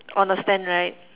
on the stand right